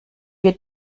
wir